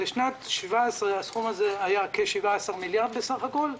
בשנת 2017 הסכום הזה היה כ-17 מיליארד שקל בסך הכול.